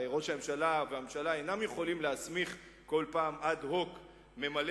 הרי ראש הממשלה והממשלה אינם יכולים להסמיך כל פעם אד הוק ממלא-מקום,